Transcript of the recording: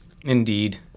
Indeed